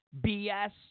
BS